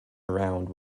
about